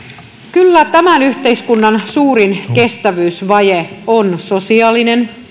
kyllä tämän yhteiskunnan suurin kestävyysvaje on sosiaalinen